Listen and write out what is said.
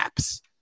apps